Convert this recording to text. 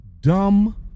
dumb